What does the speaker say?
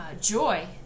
joy